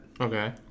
Okay